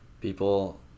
people